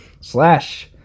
Slash